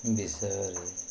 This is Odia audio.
ବିଷୟରେ